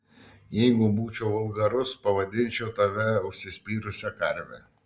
jeigu būčiau vulgarus pavadinčiau tave užsispyrusia karve